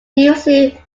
usually